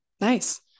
Nice